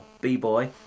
B-Boy